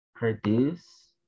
Produce